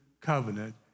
covenant